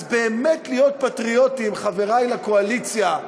אז באמת, להיות פטריוטים, חברי לקואליציה,